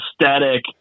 aesthetic